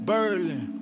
Berlin